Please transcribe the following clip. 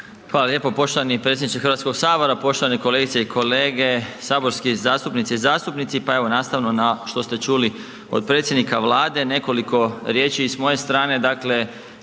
Hvala lijepo poštovani predsjedniče Hrvatskog sabora, poštovane i kolege saborski zastupnice i zastupnici, pa evo nastavno na što ste čuli od predsjednika Vlade, nekoliko riječi i s moje strane.